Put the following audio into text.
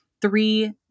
Three